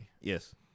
Yes